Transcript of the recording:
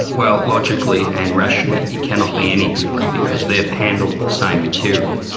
well logically and rationally, it cannot be any different because they've handled the same material,